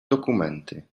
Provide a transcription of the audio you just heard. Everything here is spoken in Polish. dokumenty